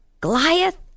Goliath